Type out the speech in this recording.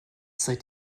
seid